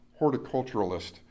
horticulturalist